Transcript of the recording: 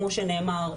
כמו שנאמר,